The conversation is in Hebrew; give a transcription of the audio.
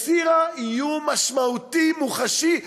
הסירה איום משמעותי מוחשי,